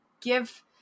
give